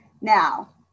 Now